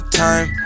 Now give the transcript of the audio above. time